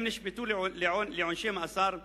הם נשפטו לעונשי מאסר עולם.